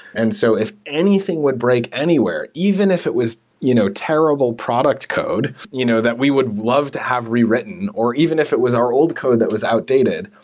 and so, if anything would break anywhere, even if it was you know terr ible product code you know that we would love to have rewritten or even if it was our old code that was outdated,